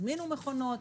הזמינו מכונות,